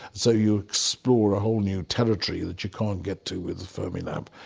so you explore a whole new territory that you can't get to with the fermilab.